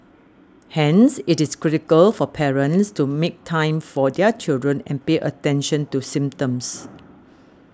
hence it is critical for parents to make time for their children and pay attention to symptoms